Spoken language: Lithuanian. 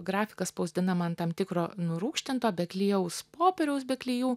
grafika spausdinama ant tam tikro nurūgštinto beklijaus popieriaus be klijų